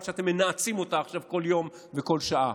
שאתם מנאצים אותה עכשיו כל יום וכל שעה.